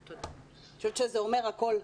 אני חושבת שזה אומר הכול.